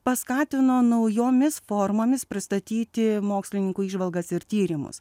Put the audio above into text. paskatino naujomis formomis pristatyti mokslininkų įžvalgas ir tyrimus